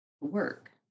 work